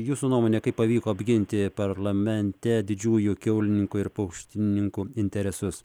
jūsų nuomone kaip pavyko apginti parlamente didžiųjų kiaulininkų ir paukštininkų interesus